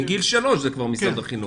מגיל 3 זה כבר משרד החינוך.